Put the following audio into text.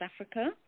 Africa